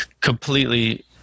completely